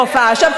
מהופעה שם,